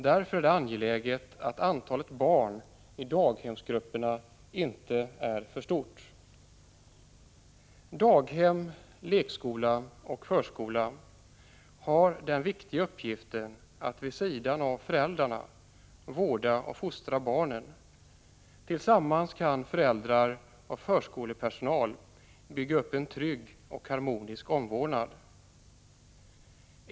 Därför är det angeläget att antalet barn i daghemsgrupperna inte är för stort. Daghem, lekskola och förskola har den viktiga uppgiften att vid sidan av föräldrarna vårda och fostra barnen. Tillsammans kan föräldrar och förskolepersonal bygga upp en trygg och harmonisk omvårdnad.